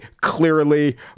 clearly